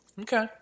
Okay